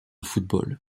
football